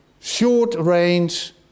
short-range